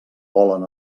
volen